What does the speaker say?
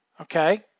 okay